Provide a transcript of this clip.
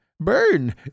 Burn